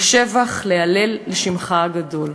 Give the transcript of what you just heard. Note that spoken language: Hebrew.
לשבח ולהלל לשמך הגדול."